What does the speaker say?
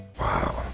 Wow